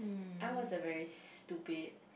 I was a very stupid